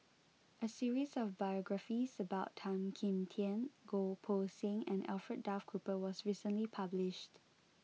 a series of biographies about Tan Kim Tian Goh Poh Seng and Alfred Duff Cooper was recently published